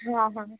हाँ हाँ